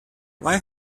why